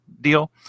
deal